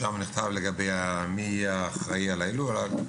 שבו נכתב מי יהיה אחראי על ההילולה,